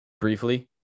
briefly